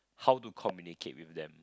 how to communicate with them